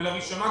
ולראשונה,